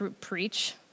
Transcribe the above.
preach